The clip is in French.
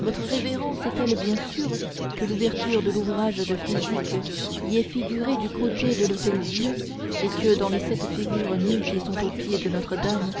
votre révérence est-elle bien sûre que l'ouverture de l'ouvrage de physique y est figurée du côté de l'hôtel-dieu et que dans les sept figures nues qui sont aux pieds de notre-dame